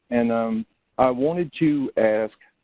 and um i wanted to ask,